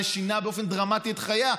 זה שינה באופן דרמטי את חייה.